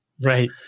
Right